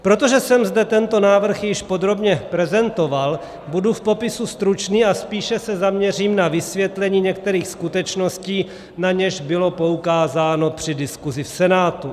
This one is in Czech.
Protože jsem zde tento návrh již podrobně prezentoval, budu v popisu stručný a spíše se zaměřím na vysvětlení některých skutečností, na něž bylo poukázáno při diskusi v Senátu.